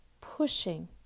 pushing